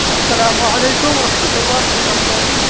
السّلام علیکم ورحمۃ اللہ برکاتہ